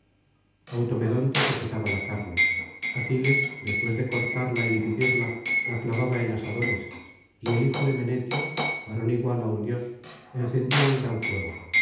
automedonte sujetaba la carne aquiles después de cortarla y dividirla la clavaba en asadores y el hijo de menetio varón igual á un dios encendía un gran fuego